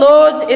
Lord